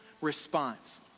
Response